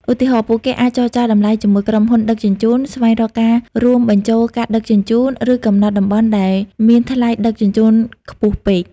ឧទាហរណ៍ ពួកគេអាចចរចាតម្លៃជាមួយក្រុមហ៊ុនដឹកជញ្ជូន ស្វែងរកការរួមបញ្ចូលការដឹកជញ្ជូន ឬកំណត់តំបន់ដែលមានថ្លៃដឹកជញ្ជូនខ្ពស់ពេក។